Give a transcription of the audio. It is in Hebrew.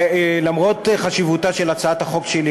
למרות חשיבותה של הצעת החוק שלי,